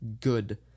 good